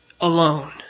alone